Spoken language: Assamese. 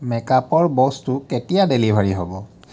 মেকআপৰ বস্তু কেতিয়া ডেলিভাৰী হ'ব